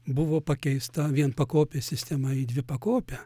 buvo pakeista vienpakopė sistema į dvipakopę